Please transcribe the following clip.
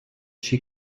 she